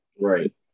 Right